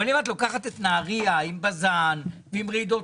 אבל אם את לוקחת את נהריה עם בז"ן ועם רעידות